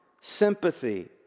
sympathy